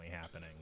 happening